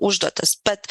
užduotis bet